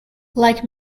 like